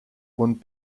und